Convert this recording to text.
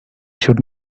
should